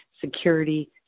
security